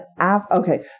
okay